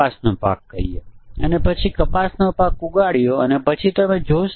જો ન હોય તો આપણે અહીં કેટલાક ગોઠવણો કરીશું